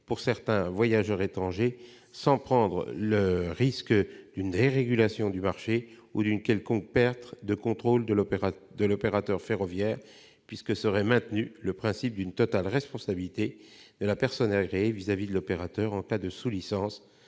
pour certains voyageurs étrangers, sans pour autant faire courir le risque d'une dérégulation du marché ou d'une quelconque perte de contrôle de l'opérateur ferroviaire, puisque serait maintenu le principe d'une totale responsabilité de la personne agréée à l'égard de l'opérateur en cas de sous-licence.